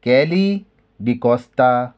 केली डिकोस्ता